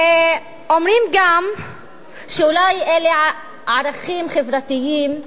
ואומרים גם שאולי אלה ערכים חברתיים,